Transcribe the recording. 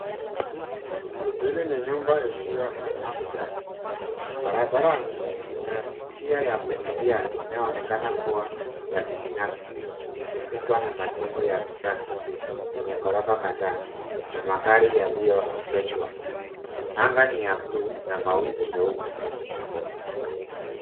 Hili ni nyumba isiyo hamishika. Barabarani kuna njia ya kuingilia inayoonekana kuwa ya kibinafsi ikizungukwa na majengo ya kisasa yenye ghorofa kadhaa na magari yaliyo egeshwa. Anga ni ya bluu na mawingu meupe.